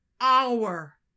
hour